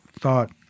thought